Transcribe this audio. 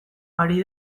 ari